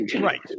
right